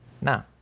no